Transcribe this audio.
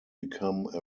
become